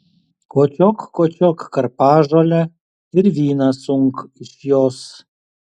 kočiok kočiok karpažolę ir vyną sunk iš jos